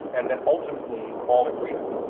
and then ultimately all agreed on.